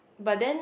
but then